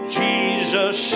jesus